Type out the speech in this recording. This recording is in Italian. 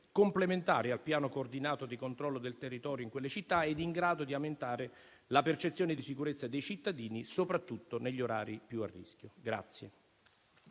complementari al piano coordinato di controllo del territorio in quelle città ed in grado di aumentare la percezione di sicurezza dei cittadini, soprattutto negli orari più a rischio.